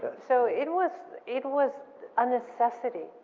so it was it was a necessity,